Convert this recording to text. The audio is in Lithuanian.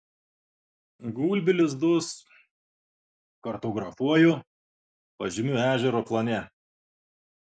gulbių lizdus kartografuoju pažymiu ežero plane